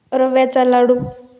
रव्याचा लाडू